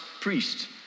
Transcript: priest